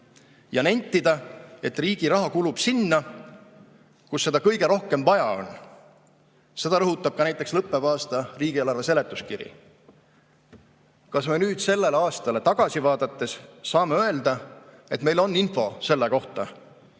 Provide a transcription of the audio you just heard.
nentida, et riigi raha kulub sinna, kus seda kõige rohkem vaja on. Seda rõhutab ka näiteks lõppeva aasta riigieelarve seletuskiri. Kas me nüüd sellele aastale tagasi vaadates saame öelda, et meil on info selle kohta?